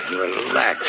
Relax